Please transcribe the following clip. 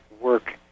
work